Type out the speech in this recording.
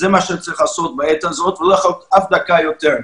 זה מה שצריך לעשות בעת הזאת ולא דקה מאוחר יותר.